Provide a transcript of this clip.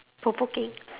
provoking